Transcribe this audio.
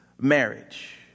marriage